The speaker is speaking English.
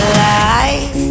life